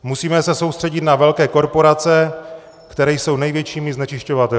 Musíme se soustředit na velké korporace, které jsou největšími znečišťovateli.